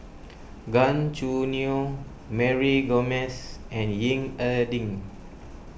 Gan Choo Neo Mary Gomes and Ying E Ding